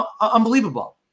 unbelievable